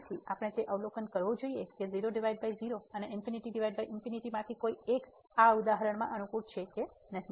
તેથી આપણે તે અવલોકન કરવું જોઈએ કે 00 અથવા ∞∞ માથી કોઈ એક આ ઉદાહરણમાં અનુકૂળ છે કે નહીં